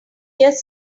just